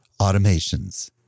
automations